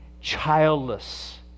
childless